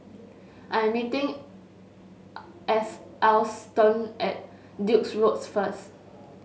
I am meeting As Alston at Duke's Road first